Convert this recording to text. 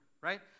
right